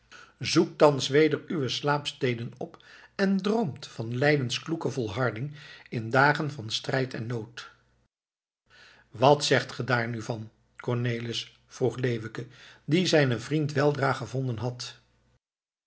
zoekt thans weder uwe slaapsteden op en droomt van leidens kloeke volharding in dagen van strijd en nood wat zegt ge daar nu van cornelis vroeg leeuwke die zijnen vriend weldra gevonden had